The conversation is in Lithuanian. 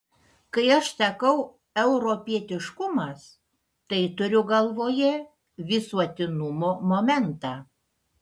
kai aš sakau europietiškumas tai turiu galvoje visuotinumo momentą